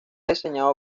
diseñado